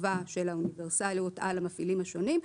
החובה של האוניברסליות על המפעילים השונים,